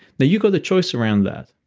now you got a choice around that.